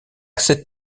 cette